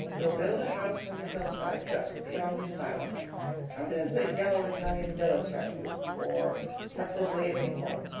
we'll build a house on the hillside just beyond the asylum how does a yellow italian villa strike you, or preferably a pink one?